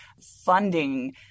funding